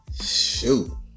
Shoot